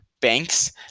banks